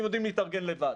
הם יודעים להתארגן לבד,